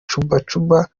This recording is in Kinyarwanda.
cuba